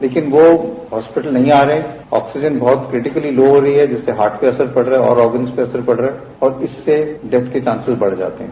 लेकिन वो हॉस्पिटल नहीं आ रहे हैं ऑक्सीजन बहत क्रिटिकल लो हो रही है इससे हार्ट पर असर पड़ रहा है और ऑर्गनस पर असर पड़ रहा है और इससे डेथ के चांसिस बढ़ जाते हैं